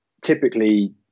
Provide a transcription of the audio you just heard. typically